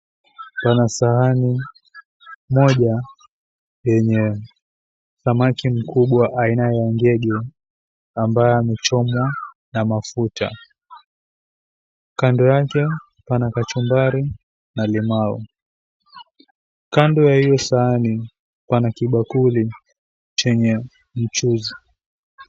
Pana sahani moja yenye samaki mkubwa aina ya ngege ambaye amechomwa na mafuta. Kando yake pana kachumbari na limau. Kando ya hiyo sahani pana kibakuli chenye mchuzi.